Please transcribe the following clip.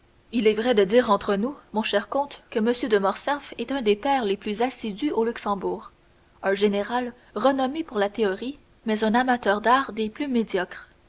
il est vrai de dire entre nous mon cher comte que m de morcerf est un des pairs les plus assidus au luxembourg un général renommé pour la théorie mais un amateur d'art des plus médiocres